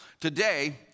Today